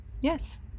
Yes